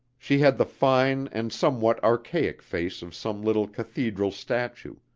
she had the fine and somewhat archaic face of some little cathedral statue,